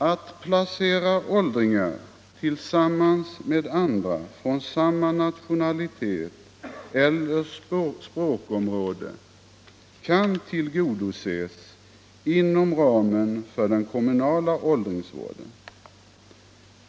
Önskemålet att åldringar skall placeras tillsammans med andra från samma land eller språkområde kan tillgodoses inom ramen för den kommunala åldringsvården.